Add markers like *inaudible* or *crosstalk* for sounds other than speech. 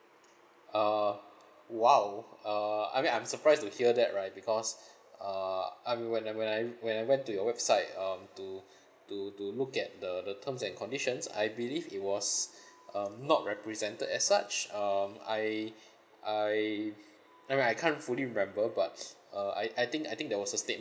uh !wow! uh I mean I'm surprised to hear that right because *breath* err I mean when I when I when I went to your website um to *breath* to to look at the the terms and conditions I believe it was *breath* um not represented as such um I *breath* I *breath* I mean I can't fully remember but *breath* uh I I think I think there was a statement